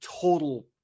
total